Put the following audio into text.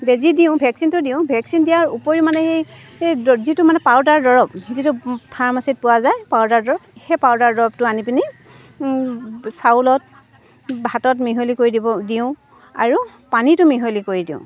বেজী দিওঁ ভেকচিনটো দিওঁ ভেকচিন দিয়াৰ উপৰিও মানে সেই দ যি যিটো মানে পাউডাৰ দৰৱ যিটো ফাৰ্মাচিত পোৱা যায় পাউডাৰ দৰৱ সেই পাউডাৰ দৰৱটো আনি পিনি চাউলত ভাতত মিহলি কৰি দিব দিওঁ আৰু পানীতো মিহলি কৰি দিওঁ